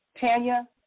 Tanya